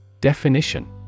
Definition